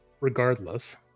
regardless